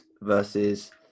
versus